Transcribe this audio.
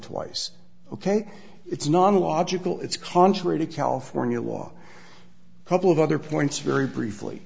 twice ok it's non logical it's contrary to california law a couple of other points very briefly